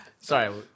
Sorry